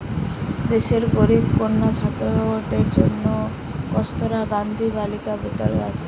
দেশের গরিব কন্যা ছাত্রীদের জন্যে কস্তুরবা গান্ধী বালিকা বিদ্যালয় আছে